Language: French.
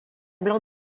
blanc